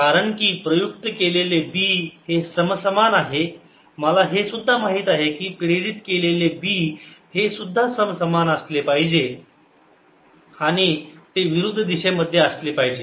कारण की प्रयुक्त केलेले B हे समसमान आहे मला हे सुद्धा माहित आहे की प्रेरित केलेले B हेसुद्धा समसमान असले पाहिजे आणि ते विरुद्ध दिशेमध्ये असले पाहिजे